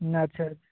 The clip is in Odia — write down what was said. ଆଚ୍ଛା ଆଚ୍ଛା